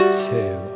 Two